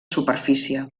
superfície